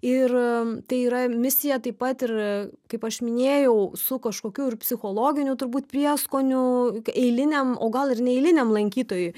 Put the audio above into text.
ir tai yra misija taip pat ir kaip aš minėjau su kažkokiu ir psichologiniu turbūt prieskoniu eiliniam o gal ir neeiliniam lankytojui